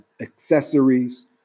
accessories